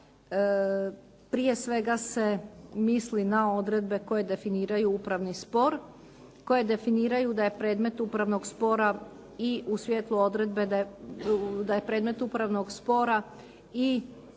Prije svega se misli na odredbe koje definiraju upravni spor, koje definiraju da je predmet upravnog spora i u svijetlu odredbe, da je predmet upravnog spora odnosno